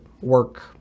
work